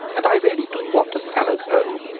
and i really do want a salad bowl.